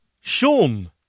Sean